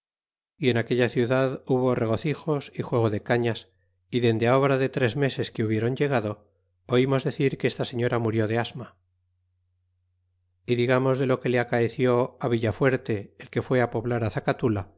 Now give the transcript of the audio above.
y en aquella ciudad hubo regocijos y juego de cailas y dende a obra de tres meses que hubiéron ileg ado oimos decir que esta señora murió de asma y digamos de lo que le acaeció a villafuerte el que fue ti poblar